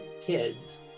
kids